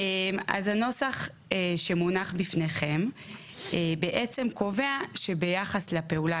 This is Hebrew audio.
הנוסח שמונח בפניכם קובע שביחס לפעולה